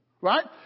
Right